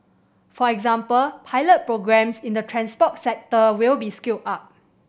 for example pilot programmes in the transport sector will be scaled up